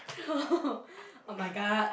oh [oh]-my-god